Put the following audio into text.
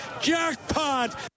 Jackpot